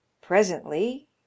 Presently